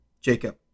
Jacob